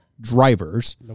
drivers